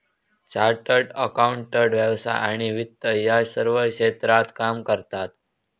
chartered accountant व्यवसाय आणि वित्त या सर्व क्षेत्रात काम करता